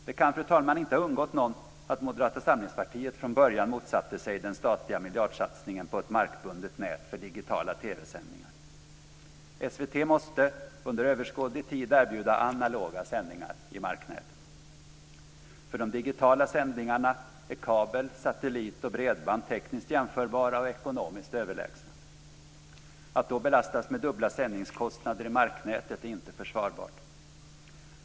Det kan, fru talman, inte ha undgått någon att Moderata samlingspartiet från början motsatte sig den statliga miljardsatsningen på ett markbundet nät för digitala TV-sändningar. SVT måste under överskådlig tid erbjuda analoga sändningar i marknätet. För de digitala sändningarna är kabel, satellit och bredband tekniskt jämförbara och ekonomiskt överlägsna. Att då belastas med dubbla sändningskostnader i marknätet är inte försvarbart.